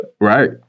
right